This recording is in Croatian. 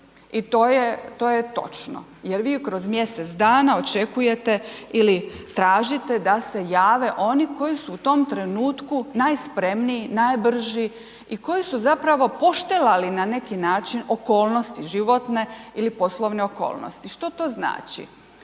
I to je točno. Jer vi kroz mjesec dana očekujete ili tražite da se jave oni koji su u tom trenutku najspremniji, najbrži i koji su zapravo poštelali na neki način okolnosti životne ili poslovne okolnosti. Što to znači?